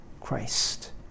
Christ